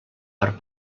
per